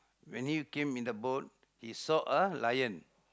when he came in the boat he saw a lion